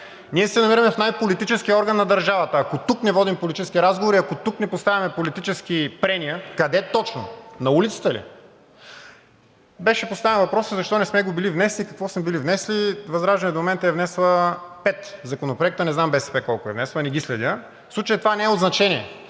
Ние се намираме в най-политическия орган на държавата. Ако тук не водим политически разговори и ако тук не поставяме политически прения – къде точно, на улицата ли? Беше поставен въпросът: защо не сме го били внесли? Какво сме били внесли? ВЪЗРАЖДАНЕ до момента е внесла пет законопроекта. Не знам БСП колко е внесла, не ги следя. В случая това не е от значение.